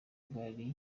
gari